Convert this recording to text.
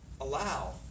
allow